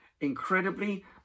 Incredibly